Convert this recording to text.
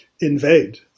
invade